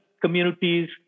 communities